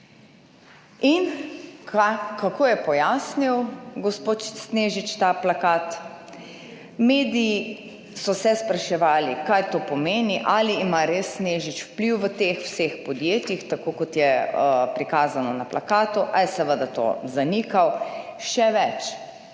In kako je pojasnil gospod Snežič ta plakat? Mediji so se spraševali, kaj to pomeni, ali ima res Snežič vpliv v teh vseh podjetjih, tako kot je prikazano na plakatu ali je seveda to zanikal? Še več,